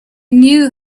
knew